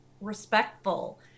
respectful